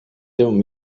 don’t